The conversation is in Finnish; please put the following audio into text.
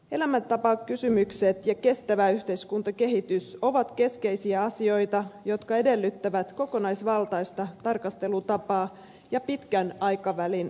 elämäntapakysymykset ja kestävä yhteiskuntakehitys ovat keskeisiä asioita jotka edellyttävät kokonaisvaltaista tarkastelutapaa ja pitkän aikavälin toimintaa